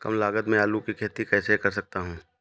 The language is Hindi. कम लागत में आलू की खेती कैसे कर सकता हूँ?